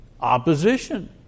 opposition